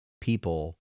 people